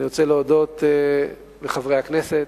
אני רוצה להודות לחברי הכנסת,